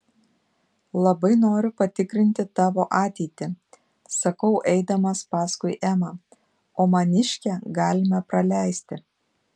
labai noriu patikrinti tavo ateitį sakau eidamas paskui emą o maniškę galime praleisti